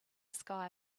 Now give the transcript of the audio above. sky